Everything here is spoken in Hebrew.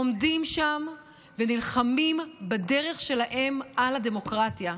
עומדים שם ונלחמים בדרך שלהם על הדמוקרטיה.